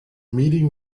meeting